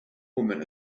woman